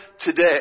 today